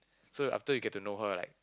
so after you get to know her like